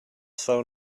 phone